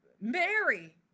Mary